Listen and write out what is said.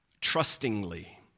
trustingly